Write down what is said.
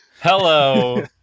Hello